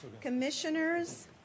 Commissioners